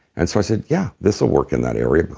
and so i said, yeah, this'll work in that area.